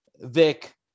Vic